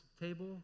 table